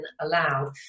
allowed